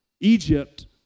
Egypt